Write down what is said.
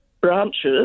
branches